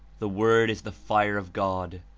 the word is the fire of god,